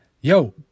yo